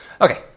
Okay